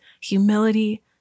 humility